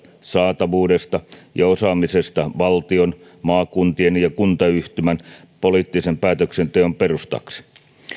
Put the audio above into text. saatavuudesta ja osaamisesta valtion maakuntien ja kuntayhtymän poliittisen päätöksenteon perustaksi